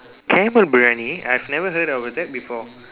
camel Briyani I've never heard of that before